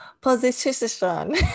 position